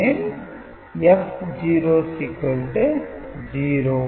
எனவே A0 1 எனில் F0 0